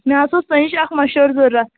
مےٚ حظ اوس تۅہہِ نِش اکھ مَشورٕ ضروٗرت